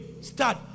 start